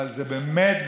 אבל באמת,